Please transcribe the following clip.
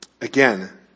Again